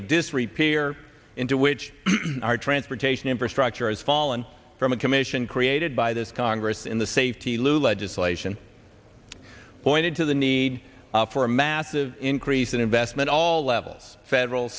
of disrepair into which our transportation infrastructure has fallen from a commission created by this congress in the safety lew legislation pointed to the need for him massive increase in investment all levels federal